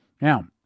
Now